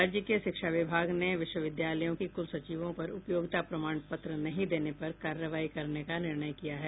राज्य के शिक्षा विभाग ने विश्वविद्यालयों के कुलसचिवों पर उपयोगिता प्रमाण पत्र नहीं देने पर कार्रवाई करने का निर्णय किया है